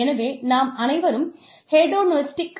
எனவே நாம் அனைவரும் ஹேடோனிஸ்டிக்